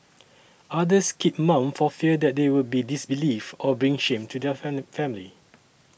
others keep mum for fear that they would be disbelieved or bring shame to their family